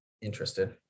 interested